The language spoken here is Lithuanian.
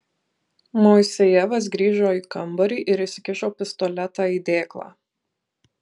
moisejevas grįžo į kambarį ir įsikišo pistoletą į dėklą